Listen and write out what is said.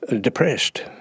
depressed